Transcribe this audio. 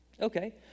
Okay